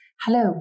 Hello